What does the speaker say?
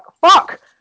fuck